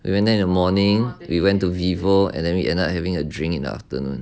we went there in the morning we went to vivo and then we end up having a drink in the afternoon